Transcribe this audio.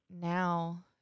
now